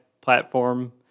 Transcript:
platform